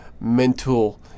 mental